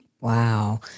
Wow